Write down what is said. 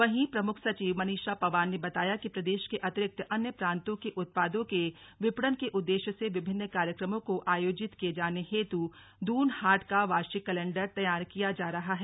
वहीं प्रमुख सचिव मनीषा पंवार ने बताया कि प्रदेश के अतिरिक्त अन्य प्रान्तों के उत्पादों के विपणन के उद्देश्य से विभिन्न कार्यक्रमों को आयोजित किये जाने हेतु दून हाट का वार्षिक कैलेण्डर तैयार किया जा रहा है